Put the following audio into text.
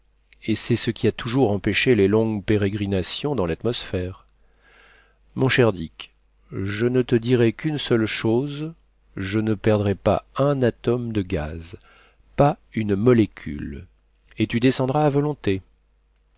et c'est ce qui a toujours empêché les longues pérégrinations dans l'atmosphère mon cher dick je ne te dirai qu'une seule chose je ne perdrai pas un atome de gaz pas une molécule et tu descendras à volonté